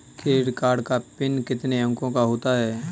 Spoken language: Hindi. क्रेडिट कार्ड का पिन कितने अंकों का होता है?